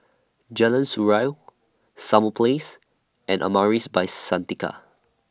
Jalan Surau Summer Place and Amaris By Santika